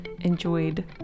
enjoyed